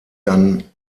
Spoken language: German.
dann